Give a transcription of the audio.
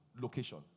Location